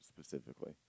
specifically